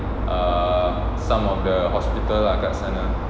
err some of the hospital lah kat sana